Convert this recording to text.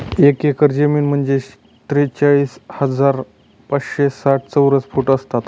एक एकर जमीन म्हणजे त्रेचाळीस हजार पाचशे साठ चौरस फूट असतात